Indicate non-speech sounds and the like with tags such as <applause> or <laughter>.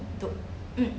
<noise> mm